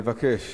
נבקש